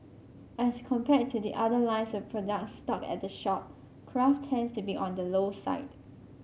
as compared to the other lines of products stocked at the shop craft tends to be on the low side